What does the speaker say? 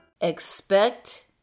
Expect